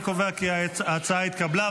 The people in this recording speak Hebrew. התקבלה.